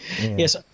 yes